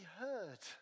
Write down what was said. heard